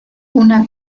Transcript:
una